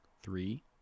Three